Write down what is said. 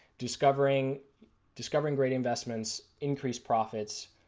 discovering discovering great investments, increase profits,